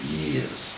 years